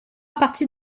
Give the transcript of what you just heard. partie